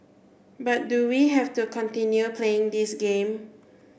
but do we have to continue playing this game